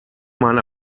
meine